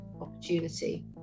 opportunity